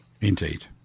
Indeed